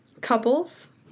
couples